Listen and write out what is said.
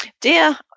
dear